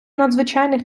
надзвичайних